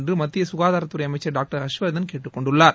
என்று மத்திய சுகாதாரத்துறை அமைச்சர் டாக்டர் ஹர்ஷ்வர்தன் கேட்டுக்கொண்டுள்ளார்